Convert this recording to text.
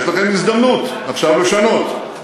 יש לכם הזדמנות לשנות.